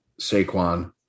Saquon